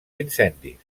incendis